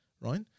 right